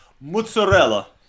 Mozzarella